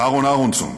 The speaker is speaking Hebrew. אהרן אהרונסון,